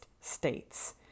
states